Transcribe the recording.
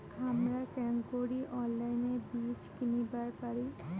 হামরা কেঙকরি অনলাইনে বীজ কিনিবার পারি?